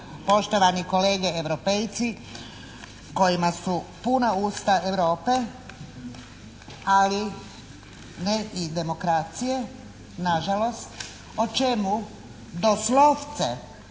poštovani kolege evropejci kojima su puna usta Europe, ali ne i demokracije, na žalost o čemu doslovce